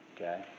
Okay